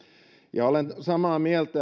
ja olen samaa mieltä